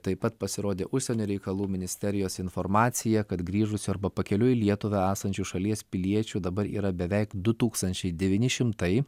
taip pat pasirodė užsienio reikalų ministerijos informacija kad grįžusių arba pakeliui lietuvą esančių šalies piliečių dabar yra beveik du tūkstančiai devyni šimtai